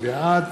בעד